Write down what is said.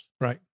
Right